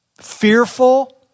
fearful